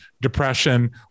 depression